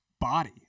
body